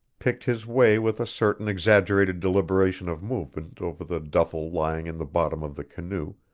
picked his way with a certain exaggerated deliberation of movement over the duffel lying in the bottom of the canoe,